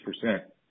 percent